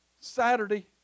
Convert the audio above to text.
Saturday